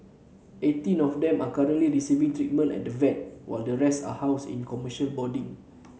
eighteen of them are currently receiving treatment at the vet while the rest are housed in commercial boarding